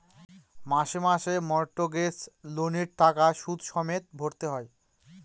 মাসে মাসে মর্টগেজ লোনের টাকা সুদ সমেত ভরতে হয়